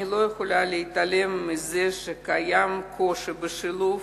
אני לא יכולה להתעלם מזה שקיים קושי בשילוב